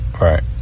right